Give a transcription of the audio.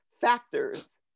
factors